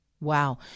Wow